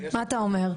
מה אתה אומר?